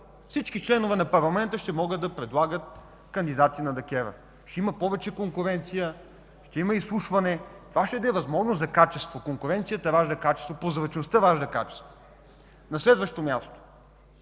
всички членове на парламента ще могат да предлагат кандидати за членове на ДКЕВР. Ще има повече конкуренция, ще има изслушване и това ще даде възможност за качество, защото конкуренцията ражда качеството, прозрачността ражда качеството. На следващо място,